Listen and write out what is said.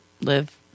live